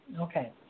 Okay